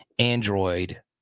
android